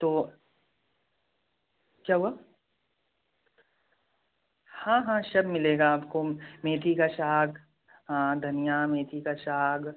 तो क्या हुआ हाँ हाँ सब मिलेगा आपको मेथी का साग हाँ धनिया मेथी का साग